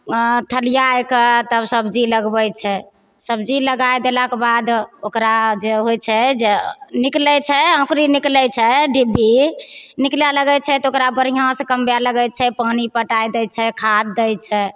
थलिआए कऽ तब सबजी लगबैत छै सबजी लगाइ देलाके बाद ओकरा जे होइत छै जे निकलैत छै अँकुरी निकलैत छै डीभी निकलै लगैत छै तऽ ओकरा बढ़िआँसँ कमबै लगैत छै पानि पटाए दै छै खाद दै छै